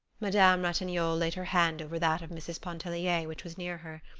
madame ratignolle laid her hand over that of mrs. pontellier, which was near her.